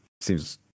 seems